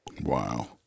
Wow